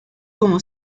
como